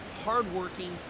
hardworking